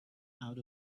out